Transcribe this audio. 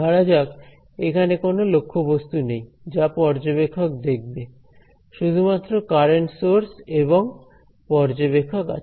ধরা যাক এখানে কোন লক্ষ্যবস্তু নেই যা পর্যবেক্ষক দেখবে শুধুমাত্র কারেন্ট সোর্স এবং পর্যবেক্ষক আছে